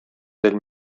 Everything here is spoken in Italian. del